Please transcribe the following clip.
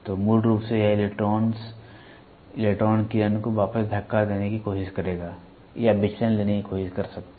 तो मूल रूप से यह इलेक्ट्रॉन इलेक्ट्रॉन किरण को वापस धक्का देने की कोशिश करेगा या यह विचलन लेने की कोशिश कर सकता है